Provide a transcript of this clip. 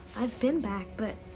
i've been back, but